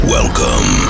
Welcome